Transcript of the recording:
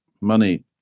money